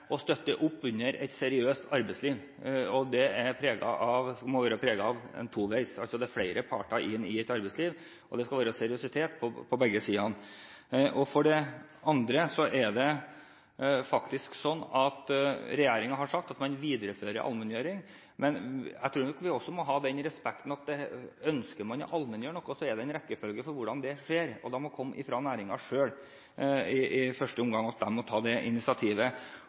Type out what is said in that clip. å støtte opp under et seriøst arbeidsliv, og det må være toveis. Det er flere parter i et arbeidsliv, og det skal være seriøsitet på begge sider. Regjeringen har sagt at den viderefører allmenngjøring, men jeg tror vi må ha respekt for at dersom man ønsker å allmenngjøre noe, er det en rekkefølge for hvordan det skjer, og det må komme fra næringen selv i første omgang – de må ta det initiativet.